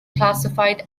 classified